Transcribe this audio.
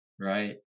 Right